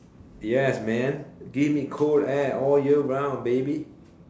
yes man give me cold air all year round baby